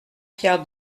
pierre